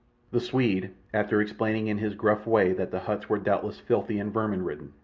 the swede, after explaining in his gruff way that the huts were doubtless filthy and vermin-ridden,